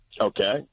Okay